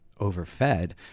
Overfed